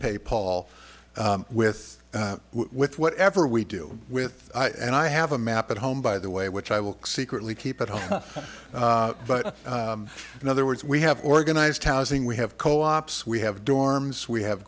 pay paul with with whatever we do with it and i have a map at home by the way which i will secretly keep at home but in other words we have organized housing we have co ops we have dorms we have